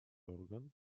орган